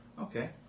Okay